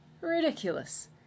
Ridiculous